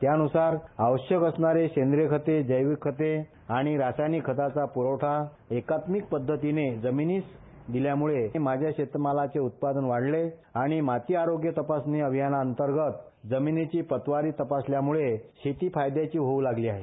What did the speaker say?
त्यानूसार आवश्यक असणारे शेंद्रिय खते जैविक खते आणि रासायनिक खतांचा प्रखठा एकात्मिक पध्दतीने जमीनस दिल्या मुळे माझ्या शेतमालाचे उत्पादन वाढले आणि माती आरोग्य तपासणी अभियानांतर्गत जमीनीची प्रतवारी तपासल्यामुळे शेती फायद्याचे होऊ लागली आहे